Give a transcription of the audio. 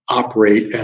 operate